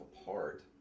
apart